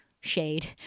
Shade